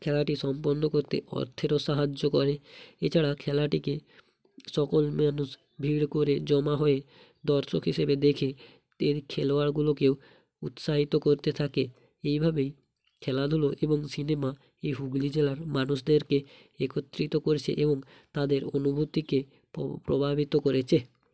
খেলাটি সম্পন্ন করতে অর্থেরও সাহায্য করে এছাড়া খেলাটিকে সকল মানুষ ভিড় করে জমা হয়ে দর্শক হিসেবে দেখে খেলোয়াড় গুলোকেও উৎসাহিত করতে থাকে এইভাবেই খেলাধুলো এবং সিনেমা এই হুগলি জেলার মানুষদেরকে একত্রিত করেছে এবং তাদের অনুভূতিকে প্রভাবিত করেছে